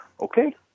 Okay